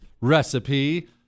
recipe